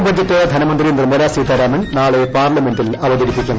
കേന്ദ്ര ബജറ്റ് ധന്മന്ത്രി നിർമ്മലാ സീതാരാമൻ നാളെ പാർലമെന്റിൽ അവതരിപ്പിക്കും